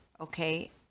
okay